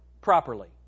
properly